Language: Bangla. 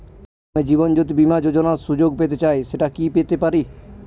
আমি জীবনয্যোতি বীমা যোযোনার সুযোগ পেতে চাই সেটা কি পেতে পারি?